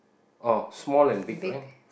oh small and big right